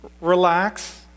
relax